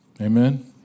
Amen